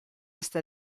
sta